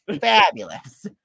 fabulous